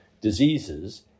diseases